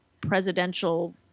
presidential